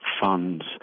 funds